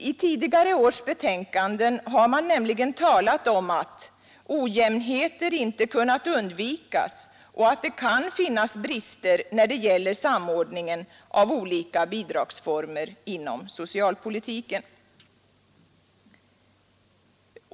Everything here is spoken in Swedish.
I tidigare års betänkanden har man nämligen talat om att ”ojämnheter inte kunnat undvikas och att det kan finnas brister när det gäller samordningen av olika bidragsformer inom socialpolitiken”.